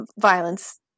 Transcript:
violence